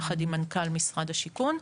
יחד עם מנכ"ל משרד השיכון.